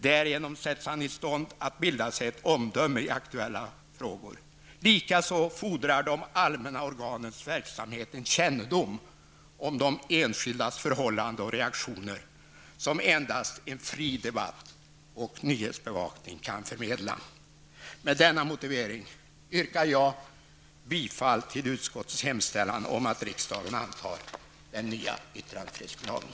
Därigenom sätts han i stånd att bilda sig ett omdöme i aktuella frågor. Likaså fordrar de allmänna organens verksamhet en kännedom om de enskildas förhållanden och reaktioner, som endast en fri debatt och nyhetsbevakning kan förmedla.'' Med denna motivering yrkar jag bifall till utskottets hemställan om att riksdagen antar den nya yttrandefrihetsgrundlagen.